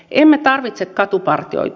emme tarvitse katupartioita